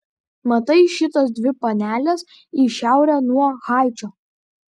matai šitas dvi paneles į šiaurę nuo haičio